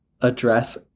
address